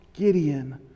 Gideon